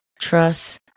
Trust